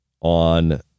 on